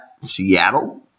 Seattle